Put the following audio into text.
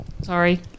Sorry